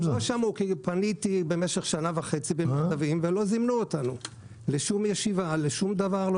במשך שנה וחצי פניתי במכתבים ולא זימנו אותנו לישיבה כלשהי.